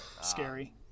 Scary